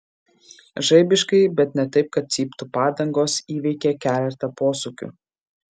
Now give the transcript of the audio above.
žaibiškai bet ne taip kad cyptų padangos įveikė keletą posūkių